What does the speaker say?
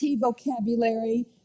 vocabulary